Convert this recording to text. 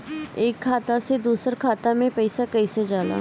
एक खाता से दूसर खाता मे पैसा कईसे जाला?